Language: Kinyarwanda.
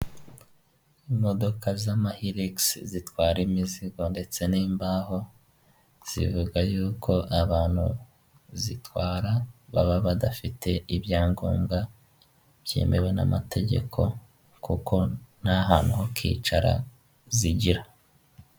Imodoka z'amahirigisi zitwara imizigo ndetse n'imbaho, zivuga y'uko abantu zitwara baba badafite ibyangombwa byemewe n'amategeko kuko n'ahantu hakicara zigira.